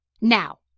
Now